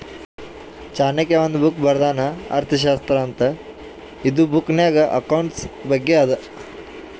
ಚಾಣಕ್ಯ ಒಂದ್ ಬುಕ್ ಬರ್ದಾನ್ ಅರ್ಥಶಾಸ್ತ್ರ ಅಂತ್ ಇದು ಬುಕ್ನಾಗ್ ಅಕೌಂಟ್ಸ್ ಬಗ್ಗೆ ಅದಾ